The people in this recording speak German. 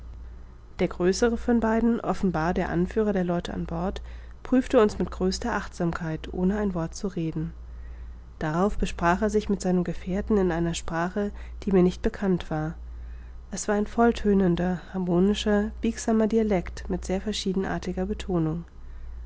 der größere von beiden offenbar der anführer der leute an bord prüfte uns mit größter achtsamkeit ohne ein wort zu reden darauf besprach er sich mit seinem gefährten in einer sprache die mir nicht bekannt war es war ein volltönender harmonischer biegsamer dialekt mit sehr verschiedenartiger betonung